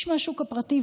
איש מהשוק הפרטי.